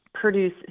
produce